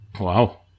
Wow